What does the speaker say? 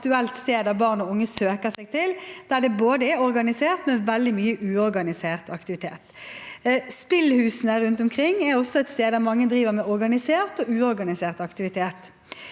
sted barn og unge søker seg til, der det er både organisert og veldig mye uorganisert aktivitet. Spillhusene rundt omkring er også et sted der mange driver med organisert og uorganisert aktivitet.